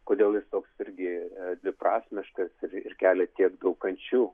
kodėl jis toks irgi dviprasmiškas ir ir kelia tiek daug kančių